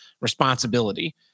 responsibility